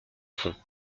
fond